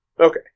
Okay